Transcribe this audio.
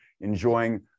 enjoying